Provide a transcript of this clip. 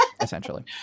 essentially